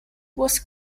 was